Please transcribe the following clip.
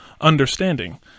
understanding